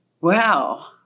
wow